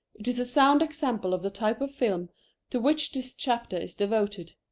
it is a sound example of the type of film to which this chapter is devoted.